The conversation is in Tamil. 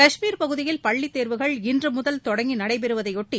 காஷ்மீர் பகுதியில் பள்ளித் தேர்வுகள் இன்று முதல் தொடங்கி நடைபெறுவதையொட்டி